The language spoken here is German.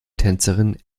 tänzerin